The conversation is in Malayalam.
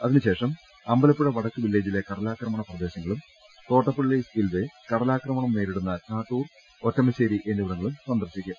അതിന് ശേഷം അമ്പലപ്പൂഴ വടക്ക് വില്ലേജിലെ കടലാക്രമണ പ്രദേശങ്ങളും തോട്ടപ്പള്ളി സ്പിൽവേ കടലാക്രമണം നേരിടുന്ന കാട്ടൂർ ഒറ്റമശ്ശേരി എന്നിവിടങ്ങളും സന്ദർശിക്കും